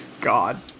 God